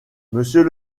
monsieur